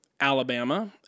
Alabama